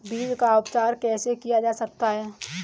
बीज का उपचार कैसे किया जा सकता है?